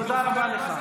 תודה רבה לך.